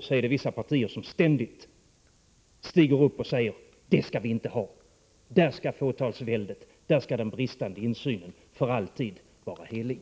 stiger vissa partiers representanter upp och säger: Det skall vi inte ha. Där skall fåtalsväldet råda och den bristande insynen för alltid vara helig!